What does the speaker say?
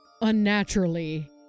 unnaturally